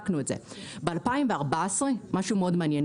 ב-2014 קרה משהו מעניין.